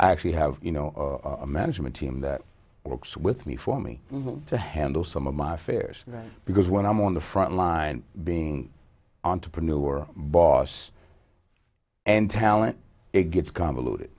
actually have you know a management team that works with me for me to handle some of my fares because when i'm on the front line being entrepreneur boss and talent it gets convoluted